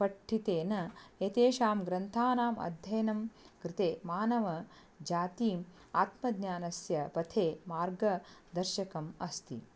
पठितेन एतेषां ग्रन्थानाम् अध्ययनं कृते मानवजातिम् आत्मज्ञानस्य पथे मार्गदर्शकम् अस्ति